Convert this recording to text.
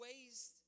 ways